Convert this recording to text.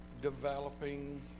developing